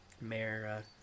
mayor